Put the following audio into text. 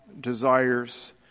desires